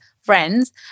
friends